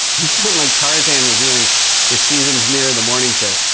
you sound like tarzan reviewing the season premiere of the morning show.